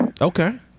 Okay